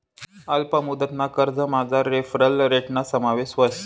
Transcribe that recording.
अल्प मुदतना कर्जमझार रेफरल रेटना समावेश व्हस